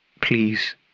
please